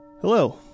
Hello